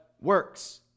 works